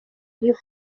iriho